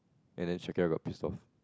and then Shakira got pissed off